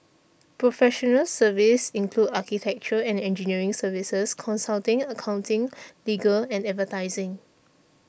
professional services include architecture and engineering services consulting accounting legal and advertising